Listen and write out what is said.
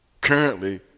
currently